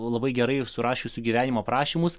labai gerai ir surašiusių gyvenimo aprašymus